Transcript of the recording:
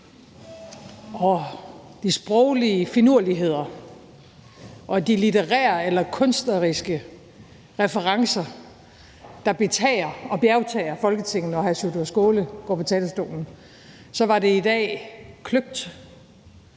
og de sproglige finurligheder og de litterære eller kunstneriske referencer, der betager og bjergtager Folketinget, når hr. Sjúrður Skaale går på talerstolen, var det i dag kløgt